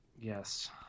Yes